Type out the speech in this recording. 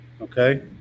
okay